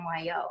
MYO